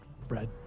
Fred